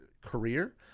career